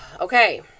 Okay